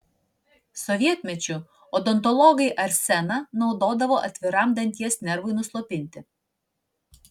sovietmečiu odontologai arseną naudodavo atviram danties nervui nuslopinti